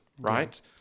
right